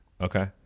okay